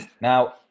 Now